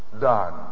done